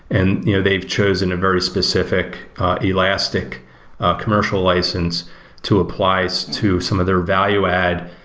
and you know they've chosen a very specific elastic commercial license to apply so to some of their value add.